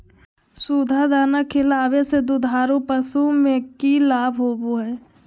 सुधा दाना खिलावे से दुधारू पशु में कि लाभ होबो हय?